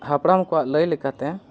ᱦᱟᱯᱲᱟᱢ ᱠᱚᱣᱟᱜ ᱞᱟᱹᱭ ᱞᱮᱠᱟᱛᱮ